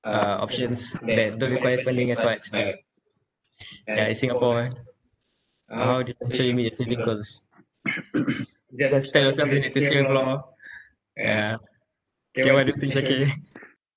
uh options that don't require spending aspect like singapore yeah okay